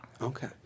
Okay